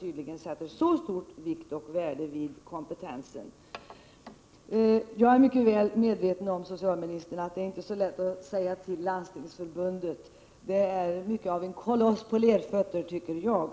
tydligen inte fäster så stor vikt vid kompetensen. Jag är mycket väl medveten om, socialministern, att det inte är så lätt att säga till Landstingsförbundet. Det är mycket av en koloss på lerfötter, tycker jag.